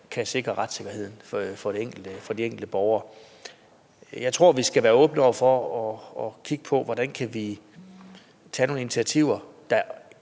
kan sikre retssikkerheden for de enkelte borgere. Jeg tror, vi skal være åbne over for at kigge på, hvordan vi kan tage nogle initiativer med